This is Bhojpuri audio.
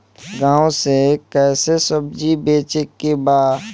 गांव से कैसे सब्जी बेचे के बा?